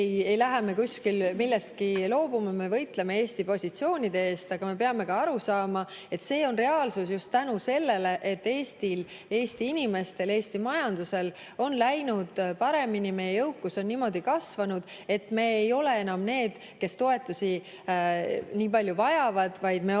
lähe me kuskil millestki loobuma, me võitleme Eesti positsioonide eest, aga me peame ka aru saama, et see on reaalsus just tänu sellele, et Eestil, Eesti inimestel, Eesti majandusel on läinud paremini. Meie jõukus on niimoodi kasvanud, et me ei ole enam need, kes toetusi nii palju vajavad, vaid me muutume